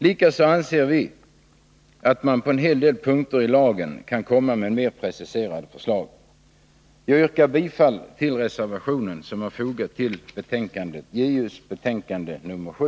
Likaså anser vi att man på en hel del punkter i lagen kan komma med mer preciserade förslag. Jag yrkar bifall till reservationen som är fogad till justitieutskottets betänkande nr 7.